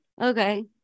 Okay